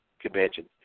convention